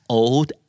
old